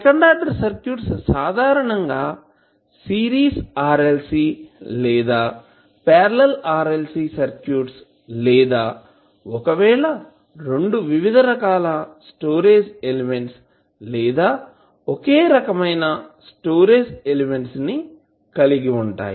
second order circuits సాధారణంగా series RLC లేదా parallel RLC circuits లేదా ఒకవేళ రెండు వివిధ రకాల స్టోరేజ్ ఎలిమెంట్స్ లేదా ఒకే రకమైన స్టోరేజ్ ఎలిమెంట్స్ ను కలిగి ఉంటాయి